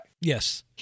Yes